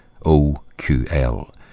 OQL